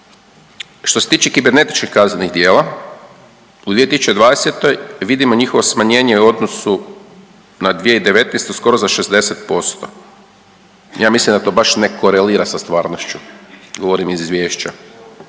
Što se tiče kibernetičkih kaznenih djela, u 2020. vidimo njihovo smanjenje u odnosu na 2019. skoro za 60%. Ja mislim da to baš ne korelira sa stvarnošću, govorim iz izvješća,